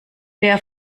der